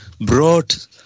brought